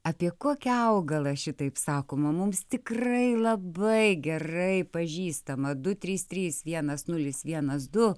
apie kokį augalą šitaip sakoma mums tikrai labai gerai pažįstamą du trys trys vienas nulis vienas du